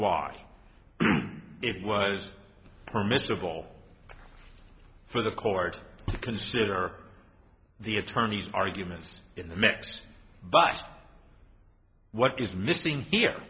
why it was permissible for the court to consider the attorneys arguments in the mix but what is missing here